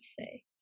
say